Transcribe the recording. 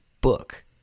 book